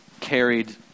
carried